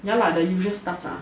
ya lah the usual stuff ah